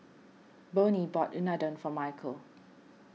Bonnie bought Unadon for Mykel